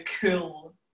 cool